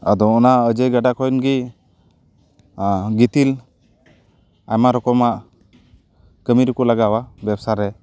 ᱟᱫᱚ ᱚᱱᱟ ᱚᱡᱚᱭ ᱜᱟᱰᱟ ᱠᱷᱚᱱ ᱜᱮ ᱜᱤᱛᱤᱞ ᱟᱭᱢᱟ ᱨᱚᱠᱚᱢᱟᱜ ᱠᱟᱹᱢᱤ ᱨᱮᱠᱚ ᱞᱟᱜᱟᱣᱟ ᱵᱮᱵᱽᱥᱟᱨᱮ